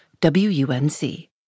WUNC